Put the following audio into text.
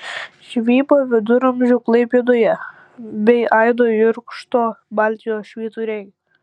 žvejyba viduramžių klaipėdoje bei aido jurkšto baltijos švyturiai